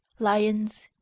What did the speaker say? lions,